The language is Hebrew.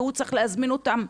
והם צריכים להזמין אותם.